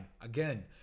again